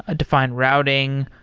ah define routing,